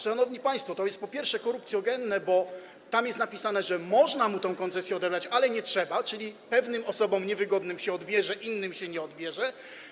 Szanowni państwo, to jest, po pierwsze, korupcjogenne, bo tam jest napisane, że można mu tę koncesję odebrać, ale nie trzeba, czyli osobom niewygodnym się odbierze, innym się nie odbierze.